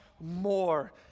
more